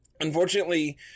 Unfortunately